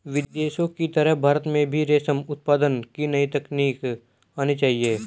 विदेशों की तरह भारत में भी रेशम उत्पादन की नई तकनीक आनी चाहिए